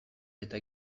eta